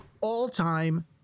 all-time